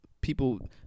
people